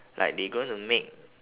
like they gonna make